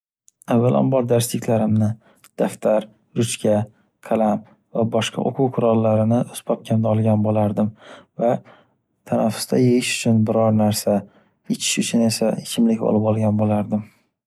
Avvalambor darsliklarimni daftar, ruchka, qalam va boshqa o’quv qurollarini o’z papkamda olgan bo’lardim. Va tanaffusda yeyish uchun biror narsa, ichish uchun esa ichimlik olib olgan bo’lardim.